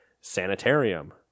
Sanitarium